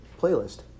playlist